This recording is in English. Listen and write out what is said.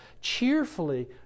cheerfully